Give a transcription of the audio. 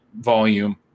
volume